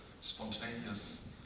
spontaneous